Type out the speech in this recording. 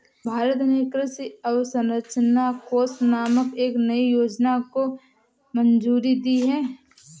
भारत ने कृषि अवसंरचना कोष नामक एक नयी योजना को मंजूरी दी है